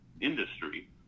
industry